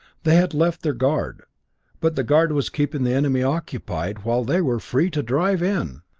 they had left their guard but the guard was keeping the enemy occupied while they were free to drive in!